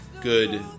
good